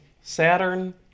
Saturn